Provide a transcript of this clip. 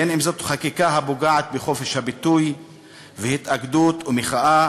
בין שזאת חקיקה הפוגעת בחופש הביטוי וההתאגדות והמחאה,